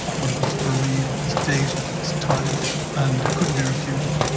but it was for real, it was dated, it was timed and couldn't be refuted.